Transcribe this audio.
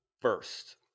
first